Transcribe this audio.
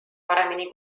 paremini